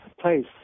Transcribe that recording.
place